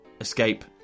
escape